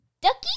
Ducky